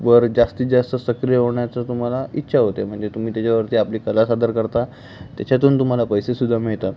वर जास्तीत जास्त सक्रिय होण्याचा तुम्हाला इच्छा होते म्हणजे तुम्ही त्याच्यावरती आपली कला सादर करता त्याच्यातून तुम्हाला पैसे सुद्धा मिळतात